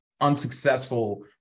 unsuccessful